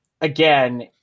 again